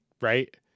right